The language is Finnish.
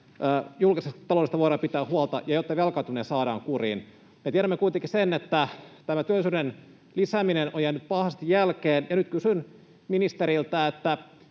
julkisesta taloudesta voidaan pitää huolta ja jotta velkaantuminen saadaan kuriin. Me tiedämme kuitenkin, että työllisyyden lisääminen on jäänyt pahasti jälkeen, ja nyt kysyn ministeriltä: